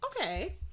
okay